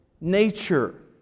nature